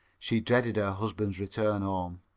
she dreaded her husband's return home.